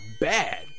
bad